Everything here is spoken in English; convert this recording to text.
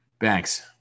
thanks